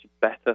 better